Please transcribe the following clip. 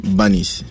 bunnies